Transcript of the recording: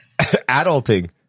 Adulting